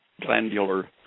glandular